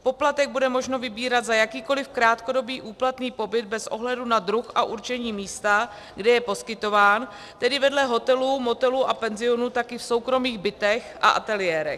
Poplatek bude možno vybírat za jakýkoliv krátkodobý úplatný pobyt bez ohledu na druh a určení místa, kde je poskytován, tedy vedle hotelů, motelů a penzionů taky v soukromých bytech a ateliérech.